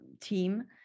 team